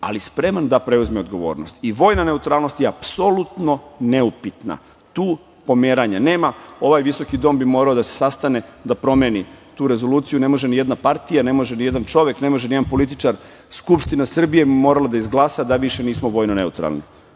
ali spreman da preuzme odgovornost i vojna neutralnost je apsolutno neupitna, tu pomeranja nema. Ovaj visoki dom bi morao da se sastane da promeni tu rezoluciju, ne može ni jedna partije, ne može ni jedan čovek, ne može ni jedan političar, Skupština Srbije bi morala da izglasa da više nismo vojno neutralni.